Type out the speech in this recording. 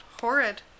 horrid